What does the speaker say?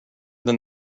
than